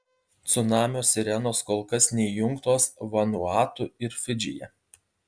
cunamio sirenos kol kas neįjungtos vanuatu ir fidžyje